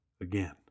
again